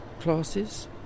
classes